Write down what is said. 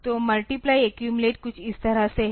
तो multiply accumulate कुछ इस तरह से है